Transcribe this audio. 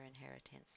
inheritance